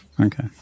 Okay